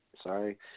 Sorry